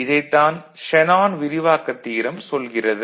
இதைத்தான் ஷேனான் விரிவாக்கத் தியரம் சொல்கிறது